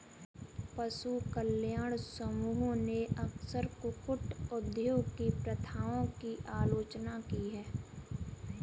पशु कल्याण समूहों ने अक्सर कुक्कुट उद्योग की प्रथाओं की आलोचना की है